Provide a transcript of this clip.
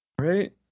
right